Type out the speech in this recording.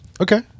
Okay